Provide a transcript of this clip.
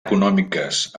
econòmiques